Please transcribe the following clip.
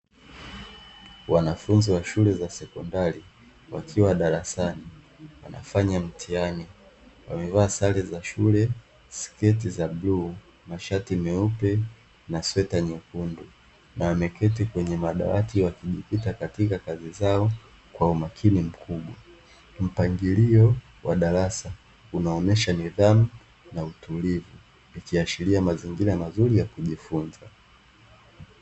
Wanafunzi wa shule za sekondari, wakiwa darasani wanafanya mtihani, wamevaa sare za shule: sketi za bluu, mashati meupe na sweta nyekundu na wameketi kwenye madawati, wakijikita katika kazi zao kwa umakini. Mpangilio wa darasa unaonyesha nidhamu na utulivu kupitia sheria, mazingira mazuri ya kujifunza.